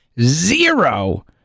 zero